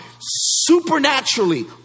supernaturally